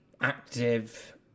active